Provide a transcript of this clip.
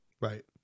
Right